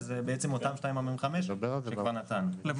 אלא אותם 2.45% שכבר נתנו.